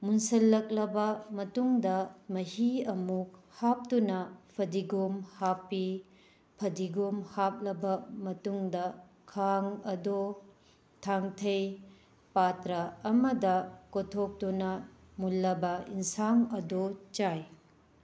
ꯃꯨꯟꯁꯤꯜꯂꯛꯂꯕ ꯃꯇꯨꯡꯗ ꯃꯍꯤ ꯑꯃꯨꯛ ꯍꯥꯞꯇꯨꯅ ꯐꯗꯤꯒꯣꯝ ꯍꯥꯞꯄꯤ ꯐꯗꯤꯒꯣꯝ ꯍꯥꯞꯂꯕ ꯃꯇꯨꯡꯗ ꯈꯥꯡ ꯑꯗꯣ ꯊꯥꯡꯊꯩ ꯄꯥꯇ꯭ꯔ ꯑꯃꯗ ꯀꯣꯠꯊꯣꯛꯇꯨꯅ ꯃꯨꯜꯂꯕ ꯌꯦꯟꯁꯥꯡ ꯑꯗꯣ ꯆꯥꯏ